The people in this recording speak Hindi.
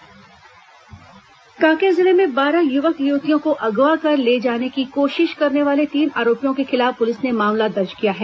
कांकेर अगवा कांकेर जिले में बारह युवक युवतियों को अगवा कर ले जाने की कोशिश करने वाले तीन आरोपियों के खिलाफ पुलिस ने मामला दर्ज किया है